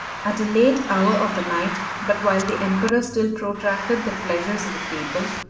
at a late hour of the night, but while the emperor still protracted the pleasures of the table,